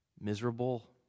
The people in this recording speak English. Miserable